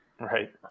Right